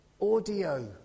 audio